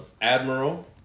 Admiral